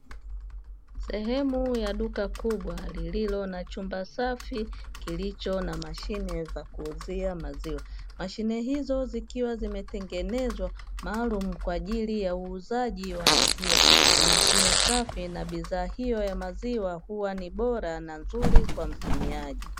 Sehemu ya duka kubwa lililo na chumba safi kilicho na mashine za kuuzia maziwa. Mahine hizo zikiwa zimetengenezwa maalumu kwa ajili ya uuzaji wa maziwa, ni mashine safi na bidhaa hiyo ya maziwa huwa ni bora na nzuri kwa mtumiaji.